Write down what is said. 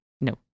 no